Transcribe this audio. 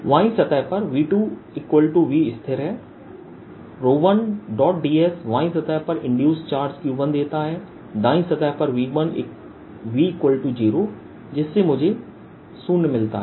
बाईं सतह पर V2V स्थिर है 1ds बाईं सतह पर इंड्यूस चार्ज q1देता है दाईं सतह पर V0 जिससे मुझे 0 मिलता है